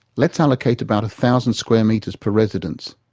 let's allocate about a thousand square metres per residence.